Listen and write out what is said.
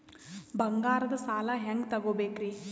ಬಂಗಾರದ್ ಸಾಲ ಹೆಂಗ್ ತಗೊಬೇಕ್ರಿ?